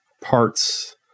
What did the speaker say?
parts